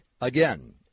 Again